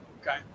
Okay